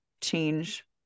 change